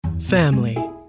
family